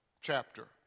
chapter